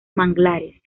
manglares